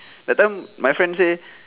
that time my friend say